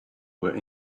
were